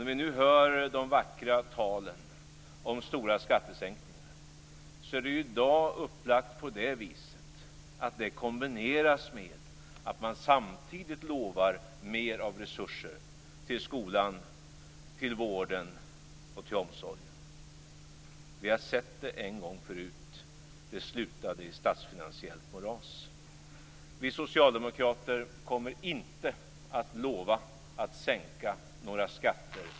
När vi nu hör de vackra talen om stora skattesänkningar är det i dag upplagt så att det kombineras med att man samtidigt lovar mer resurser till skolan, vården och omsorgen. Det slutade i statsfinansiellt moras.